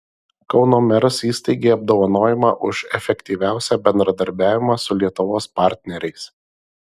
kauno meras įsteigė apdovanojimą už efektyviausią bendradarbiavimą su lietuvos partneriais